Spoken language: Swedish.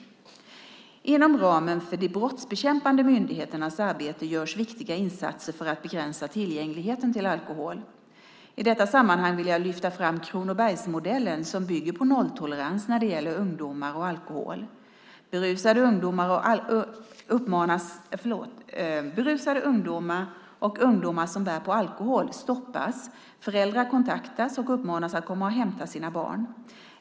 Inom ramen för de brottsbekämpande myndigheternas arbete görs viktiga insatser för att begränsa tillgängligheten till alkohol. I detta sammanhang vill jag lyfta fram Kronobergsmodellen som bygger på nolltolerans när det gäller ungdomar och alkohol. Berusade ungdomar och ungdomar som bär på alkohol stoppas, föräldrarna kontaktas och uppmanas att komma och hämta sina barn.